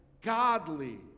godly